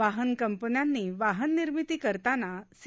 वाहन कंपन्यांनी वाहन निर्मिती करताना सी